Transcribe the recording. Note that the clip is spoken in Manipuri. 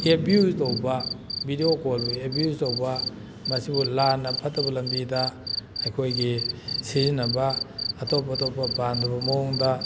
ꯑꯦꯕ꯭ꯌꯨꯁ ꯇꯧꯕ ꯕꯤꯗꯤꯑꯣ ꯀꯣꯜꯕꯨ ꯑꯦꯕ꯭ꯌꯨꯁ ꯇꯧꯕ ꯃꯁꯤꯕꯨ ꯂꯥꯟꯅ ꯐꯠꯇꯕ ꯂꯝꯕꯤꯗ ꯑꯩꯈꯣꯏꯒꯤ ꯁꯤꯖꯤꯟꯅꯕ ꯑꯇꯣꯞ ꯑꯇꯣꯞꯄ ꯄꯥꯝꯗꯕ ꯃꯑꯣꯡꯗ